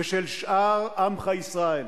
ושל שאר עמך ישראל.